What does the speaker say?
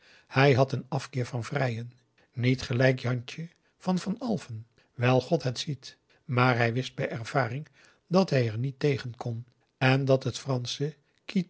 hij had een afkeer van vrijen niet gelijk jantje van van alphen wijl god het ziet maar hij wist bij ervaring dat hij er niet tegen kon en dat het fransche